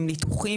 עם ניתוחים,